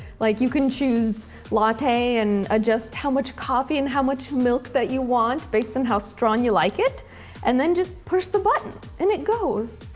like you can choose latte and adjust how much coffee and how much milk that you want based on how strong you like it and then just push the button and it goes.